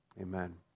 Amen